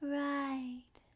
right